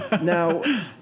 Now